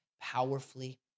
powerfully